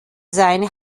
seine